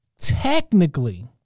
technically